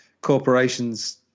Corporations